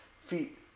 feet